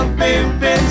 baby